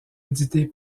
édité